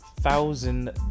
thousand